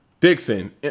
Dixon